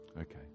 Okay